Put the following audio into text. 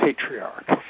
patriarch